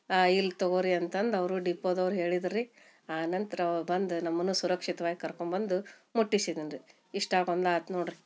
ಇಲ್ಲ ತಗೋರಿ ಅಂತಂದು ಅವರು ಡಿಪೋದವರು ಹೇಳಿದ್ರು ರೀ ಆ ನಂತರ ಅವ ಬಂದು ನಮ್ಮನ್ನು ಸುರಕ್ಷಿತ್ವಾಗಿ ಕರ್ಕೊಂಬಂದು ಮುಟ್ಟಿಸಿದನು ರೀ ಇಷ್ಟ ಗೊಂದಲ ಆತು ನೋಡ್ರಿ